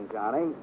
Johnny